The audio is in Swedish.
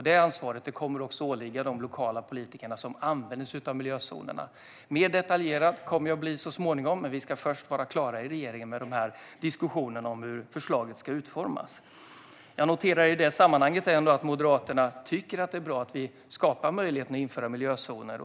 Det ansvaret kommer också att åligga de lokala politiker som använder sig av miljözonerna. Mer detaljerat kommer det att bli så småningom. Först ska vi bli klara i regeringen med diskussionerna om hur förslaget ska utformas. Jag noterar i det sammanhanget ändå att Moderaterna tycker att det är bra att vi skapar möjligheten att införa miljözoner.